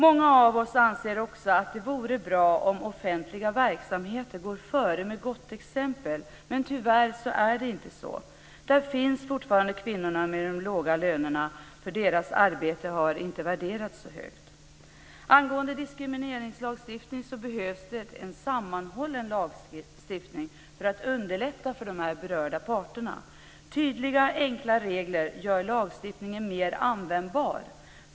Många av oss anser också att det vore bra om offentliga verksamheter går före med gott exempel, men tyvärr är det inte så. Där finns fortfarande kvinnorna med de låga lönerna, för deras arbete har inte värderats så högt. Angående diskrimineringslagstiftningen vill jag säga att det behövs en sammanhållen lagstiftning för att underlätta för de berörda parterna. Tydliga och enkla regler gör lagstiftningen mer användbar.